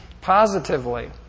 positively